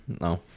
No